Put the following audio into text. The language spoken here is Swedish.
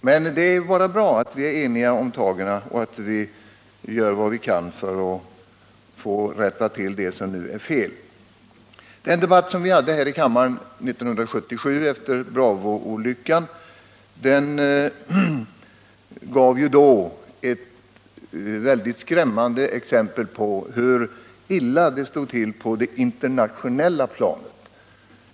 Men det är bara bra att vi är eniga om de tag som måste tas och att vi gör vad vi kan för att rätta till det som nu är fel. Den debatt vi hade här i kammaren 1977 efter Bravo-olyckan gav ett skrämmande exempel på hur illa det stod till på det internationella planet.